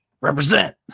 Represent